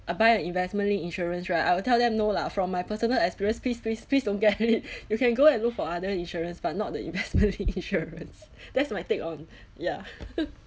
I buy the investment-linked insurance right I will tell them no lah from my personal experience please please please don't get it you can go and look for other insurance but not the investment-linked insurance that's my take on ya